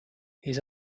his